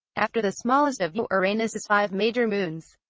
after the smallest of uranus' five major moons.